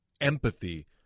empathy